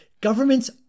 governments